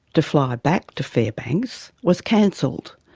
to fly back to fairbanks, was cancelled.